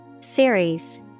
Series